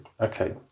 Okay